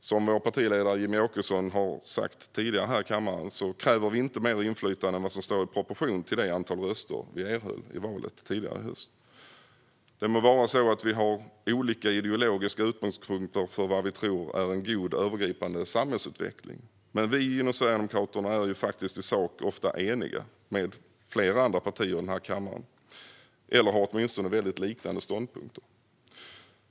Som vår partiledare Jimmie Åkesson har sagt tidigare här i kammaren kräver vi inte mer inflytande än vad som står i proportion till det antal röster vi erhöll i valet tidigare i höst. Det må vara att partierna har olika ideologiska utgångspunkter för vad vi tror är en god övergripande samhällsutveckling. Men vi inom Sverigedemokraterna är i sak ofta eniga med flera andra partier i den här kammaren. Vi har åtminstone väldigt liknande ståndpunkter.